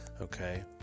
Okay